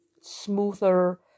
smoother